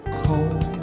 cold